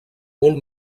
molt